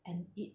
and it